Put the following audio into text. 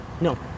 No